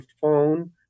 phone